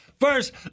First